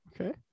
okay